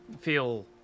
feel